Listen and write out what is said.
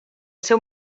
seu